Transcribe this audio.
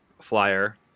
Flyer